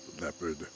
Leopard